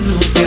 No